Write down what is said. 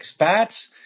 expats